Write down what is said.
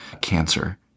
cancer